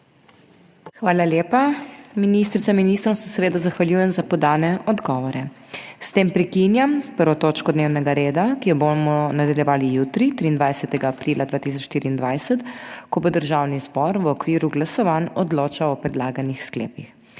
Hvala lepa. Ministricam in ministrom se seveda zahvaljujem za podane odgovore. S tem prekinjam 1. točko dnevnega reda, ki jo bomo nadaljevali jutri, 23. aprila 2024, ko bo Državni zbor v okviru glasovanj odločal o predlaganih sklepih.